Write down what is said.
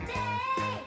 day